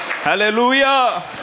Hallelujah